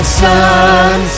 sun